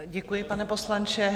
Děkuji, pane poslanče.